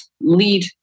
lead